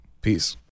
peace